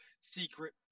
secret